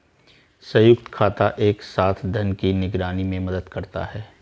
संयुक्त खाता एक साथ धन की निगरानी में मदद करता है